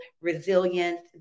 resilience